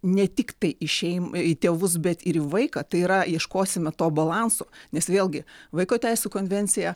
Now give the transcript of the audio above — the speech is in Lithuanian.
ne tiktai į šeimą į tėvus bet ir į vaiką tai yra ieškosime to balanso nes vėlgi vaiko teisių konvencija